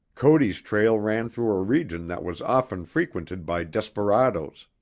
cody's trail ran through a region that was often frequented by desperadoes.